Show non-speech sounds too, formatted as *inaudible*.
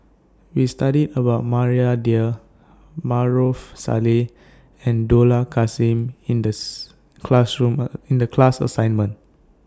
We studied about Maria Dyer Maarof Salleh and Dollah Kassim in This classroom *hesitation* in The class assignment